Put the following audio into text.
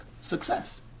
success